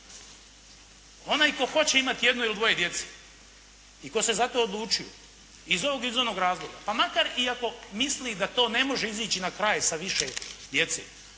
Onaj tko hoće imati jedno ili dvoje djece, i to se za to odlučio iz ovog i iz onog razloga, pa makar i ako misli da to ne može izići na kraj sa više djece,